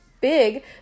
big